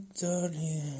darling